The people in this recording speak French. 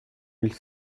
mille